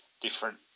different